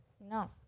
No